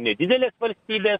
nedidelės valstybės